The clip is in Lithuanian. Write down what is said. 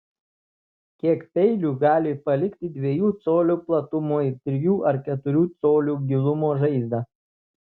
kiek peilių gali palikti dviejų colių platumo ir trijų ar keturių colių gilumo žaizdą